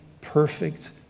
perfect